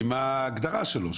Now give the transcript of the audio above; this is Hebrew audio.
עם ההגדרה שלו,